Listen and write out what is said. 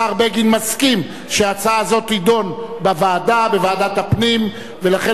השר בגין מסכים שההצעה הזאת תידון בוועדת הפנים ולכן